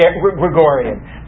Gregorian